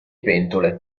pentole